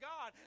God